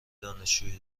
دانشجویی